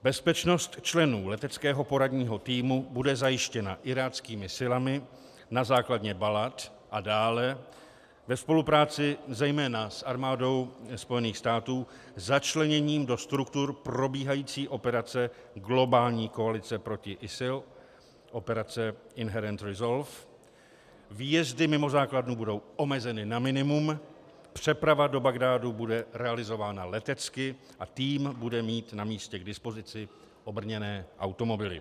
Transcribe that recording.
Bezpečnost členů Leteckého poradního týmu bude zajištěna iráckými silami na základně Balad a dále ve spolupráci zejména s armádou Spojených států začleněním do struktur probíhající operace globální koalice proti ISIL, operace Inherent Resolve, výjezdy mimo základnu budou omezeny na minimum, přeprava do Bagdádu bude realizována letecky a tým bude mít na místě k dispozici obrněné automobily.